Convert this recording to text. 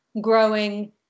growing